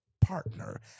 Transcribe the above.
partner